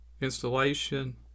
installation